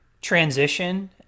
transition